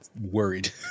worried